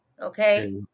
Okay